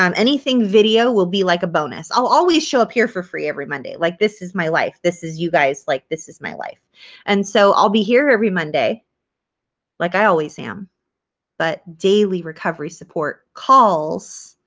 um anything video will be like a bonus. i'll always show up here for free every monday like this is my life. this is you guys like this is my life and so i'll be here every monday like i always am but daily recovery support calls